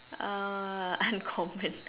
uh uncommon